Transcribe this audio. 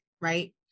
Right